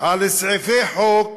לסעיפי חוק